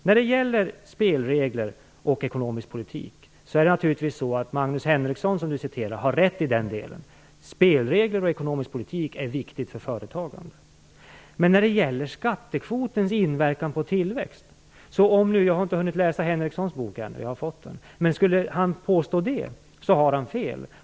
När det gäller spelregler och ekonomisk politik har naturligtvis Magnus Henrekson, som Bo Lundgren citerade, rätt i att spelregler och ekonomisk politik är viktigt för företagande. Om Magnus Henrekson påstår att skattekvoten inverkar på tillväxten - jag har fått Magnus Henreksons bok men inte hunnit läsa den ännu - så har han fel.